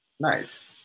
nice